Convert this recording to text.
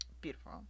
beautiful